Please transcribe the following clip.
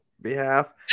behalf